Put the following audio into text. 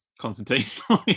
Constantine